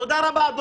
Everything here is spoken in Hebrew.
תודה רבה.